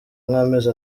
nk’amezi